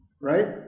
right